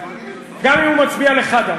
גם אם הוא מצביע לחד"ש,